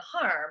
harm